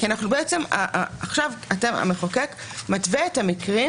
עכשיו המחוקק מתווה את המקרים